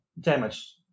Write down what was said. damage